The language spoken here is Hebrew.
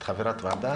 את חברת ועדה,